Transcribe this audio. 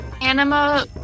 Anima